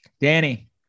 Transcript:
Danny